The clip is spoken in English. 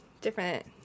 different